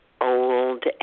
old